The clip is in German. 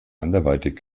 anderweitig